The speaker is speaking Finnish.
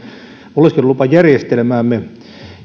oleskelulupajärjestelmäämme